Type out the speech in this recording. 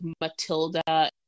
Matilda